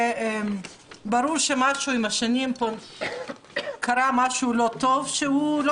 ברור שעם השנים קרה משהו לא טוב שלא